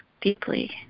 deeply